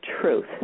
truth